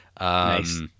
Nice